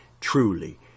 truly